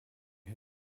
his